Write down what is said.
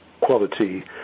quality